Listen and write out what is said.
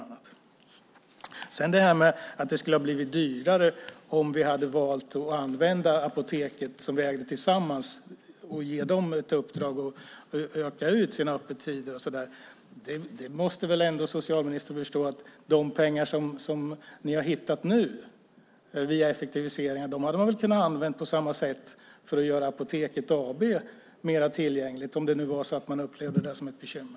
När det gäller att det skulle ha blivit dyrare om vi hade valt att använda Apoteket som vi ägde tillsammans och ge det ett uppdrag att utöka sina öppettider måste socialministern ändå förstå att de pengar som ni har hittat nu via effektiviseringar hade man väl kunnat använda på samma sätt för att göra Apoteket AB mer tillgängligt om man nu upplevde det som ett bekymmer.